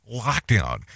lockdown